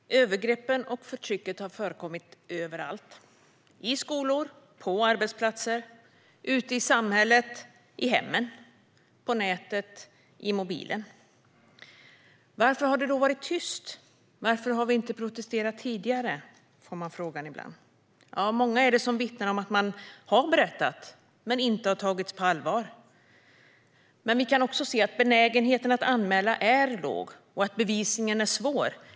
Herr talman! Övergreppen och förtrycket har förekommit överallt, i skolor, på arbetsplatser, ute i samhället, i hemmen, på nätet och i mobilen. Varför har det då varit tyst? Varför har vi inte protesterat tidigare? Ibland får man de frågorna. Många är det som vittnar om att de berättat men inte tagits på allvar. Vi kan också se att benägenheten att anmäla är låg och att bevisningen är svår.